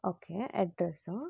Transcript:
okay address